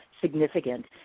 significant